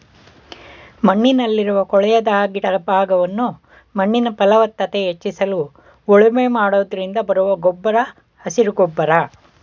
ಮಣ್ಣಲ್ಲಿರುವ ಕೊಳೆಯದ ಗಿಡ ಭಾಗವನ್ನು ಮಣ್ಣಿನ ಫಲವತ್ತತೆ ಹೆಚ್ಚಿಸಲು ಉಳುಮೆ ಮಾಡೋದ್ರಿಂದ ಬರುವ ಗೊಬ್ಬರ ಹಸಿರು ಗೊಬ್ಬರ